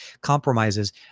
compromises